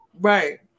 Right